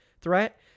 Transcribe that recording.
threat